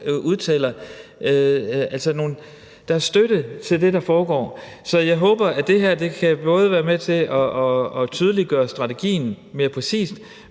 og udtaler deres støtte til det, der foregår. Så jeg håber, at det her ikke alene kan være med til at tydeliggøre strategien mere præcist,